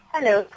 Hello